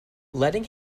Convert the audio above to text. letting